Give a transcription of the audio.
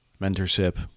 mentorship